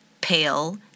pale